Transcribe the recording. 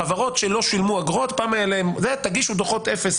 חברות שלא שילמו אגרות תגישו דוחות אפס,